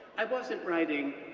i wasn't writing,